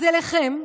אז אליכם,